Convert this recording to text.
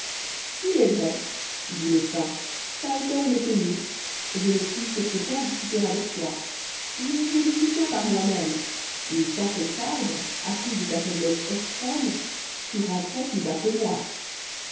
il est vrai dit le thym ta hauteur m'est connue je ne puis sur ce point disputer avec toi mais je me soutiens par moi-même et sans cet arbre appui de ta foiblesse extrême tu ramperais plus bas que moi